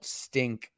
stink